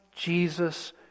Jesus